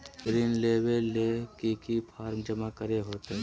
ऋण लेबे ले की की फॉर्म जमा करे होते?